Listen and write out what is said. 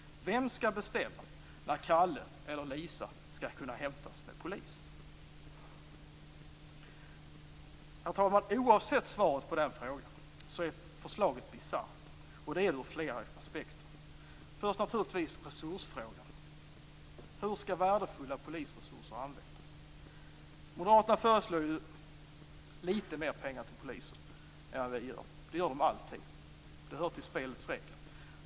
Vem skall bestämma när Kalle eller Lisa skall kunna hämtas med polis? Herr talman! Oavsett svaret på den frågan är förslaget bisarrt, och det ur flera aspekter. Det gäller naturligtvis först resursfrågan. Hur skall värdefulla polisinsatser användas? Moderaterna förslår ju lite mer pengar till polisväsendet än vad vi gör, det gör de alltid. Det hör till spelets regler.